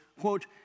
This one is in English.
quote